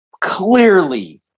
clearly